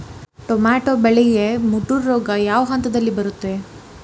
Tomato ಬೆಳೆಗೆ ಮುಟೂರು ರೋಗ ಯಾವ ಹಂತದಲ್ಲಿ ಬರುತ್ತೆ?